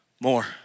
More